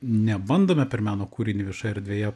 nebandome per meno kūrinį viešoje erdvėje